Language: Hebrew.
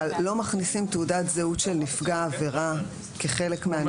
לא מכניסים תעודת זהות של נפגע עבירה כחלק מהנתונים?